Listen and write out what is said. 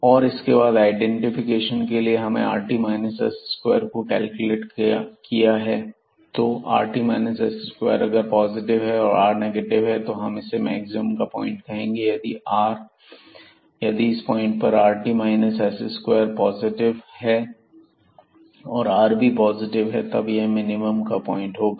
और इसके बाद आइडेंटिफिकेशन के लिए हमने rt s2 को कैलकुलेट किया तो rt s2 अगर पॉजिटिव है और r नेगेटिव है तब हम इसे मैक्सिमम का पॉइंट कहेंगे और यदि इस पॉइंट पर rt s2 पॉजिटिव है और r भी पॉजिटिव है तब यह मिनिमम का पॉइंट होगा